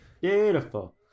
Beautiful